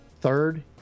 third